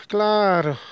Claro